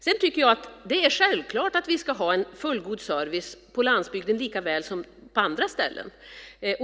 Sedan tycker jag att det är självklart att vi ska ha en fullgod service på landsbygden likaväl som på andra ställen.